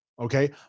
okay